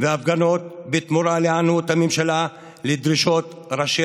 וההפגנות בתמורה להיענות הממשלה לדרישות ראשי